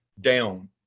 down